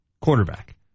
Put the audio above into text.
quarterback